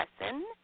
lesson